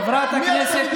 מי את שתגידי?